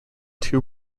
two